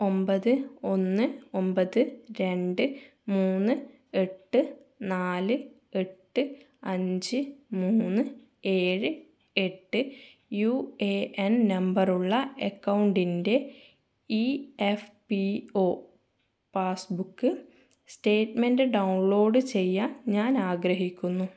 ഒമ്പത് ഒന്ന് ഒമ്പത് രണ്ട് മൂന്ന് എട്ട് നാല് എട്ട് അഞ്ച് മൂന്ന് ഏഴ് എട്ട് യു എ എൻ നമ്പറുള്ള അക്കൗണ്ടിൻ്റെ E F P O passbook statement download ചെയ്യാൻ ഞാൻ ആഗ്രഹിക്കുന്നു